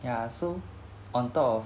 ya so on top of